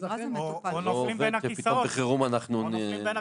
פה נופלים בין הכיסאות בשגרה.